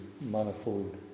manifold